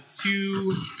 two